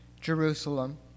Jerusalem